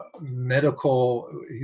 medical